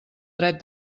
dret